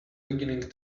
beginning